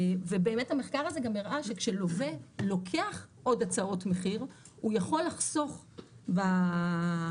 המחקר הזה גם הראה שכשלווה לוקח עוד הצעות מחיר הוא יכול לחסוך בעלויות